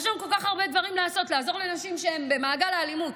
יש לנו כל כך הרבה דברים לעשות כדי לעזור לנשים שהן במעגל האלימות.